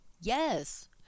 Yes